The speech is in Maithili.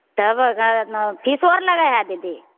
कै बार घरात नौ फीसो आर लगै है दीदी